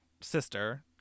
sister